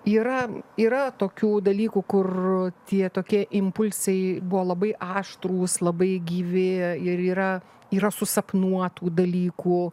yra yra tokių dalykų kur tie tokie impulsai buvo labai aštrūs labai gyvi ir yra yra susapnuotų dalykų